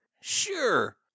Sure